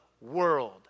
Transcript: world